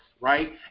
right